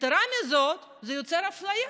יתרה מזאת, זה יוצר אפליה.